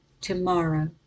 tomorrow